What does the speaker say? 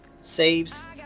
saves